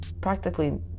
practically